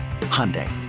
Hyundai